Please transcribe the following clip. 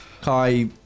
Kai